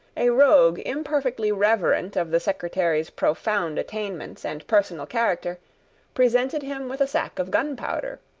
a rogue imperfectly reverent of the secretary's profound attainments and personal character presented him with a sack of gunpowder,